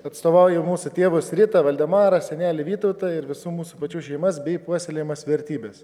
atstovauju ir mūsų tėvus ritą valdemarą senelį vytautą ir visų mūsų pačių šeimas bei puoselėjamas vertybes